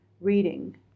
reading